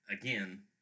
again